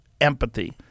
empathy